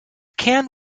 can